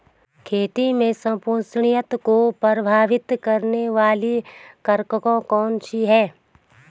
खेती में संपोषणीयता को प्रभावित करने वाले कारक कौन से हैं?